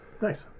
Nice